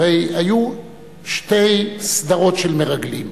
הרי היו שתי סדרות של מרגלים.